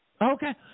Okay